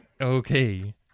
Okay